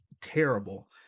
terrible